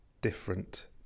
different